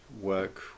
work